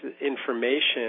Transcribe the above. information